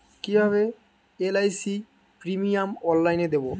কিভাবে LIC premium অনলাইনে দেবো?